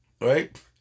Right